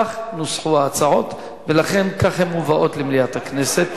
כך נוסחו ההצעות, ולכן כך הן מובאות למליאת הכנסת.